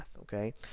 okay